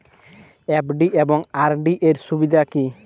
FD এবং RD এর সুবিধা কী?